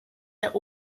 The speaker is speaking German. der